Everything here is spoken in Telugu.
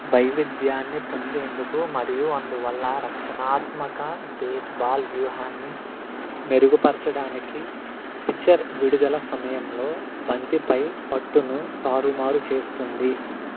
వైవిధ్యాన్ని పొందేందుకు మరియు అందువల్ల రక్షణాత్మక బేస్బాల్ వ్యూహాన్ని మెరుగుపరచడానికి పిక్చర్ విడుదల సమయంలో బంతిపై పట్టును తారుమారు చేస్తుంది